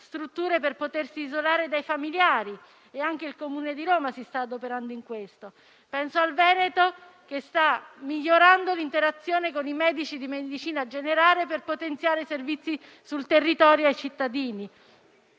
strutture per potersi isolare dai familiari (anche il Comune di Roma si sta adoperando in questo senso); penso al Veneto, che sta migliorando l'interazione con i medici di medicina generale per potenziare i servizi sul territorio ai cittadini.